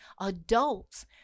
adults